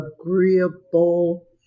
agreeable